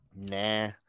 Nah